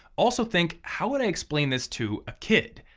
also think, how would i explain this to a kid?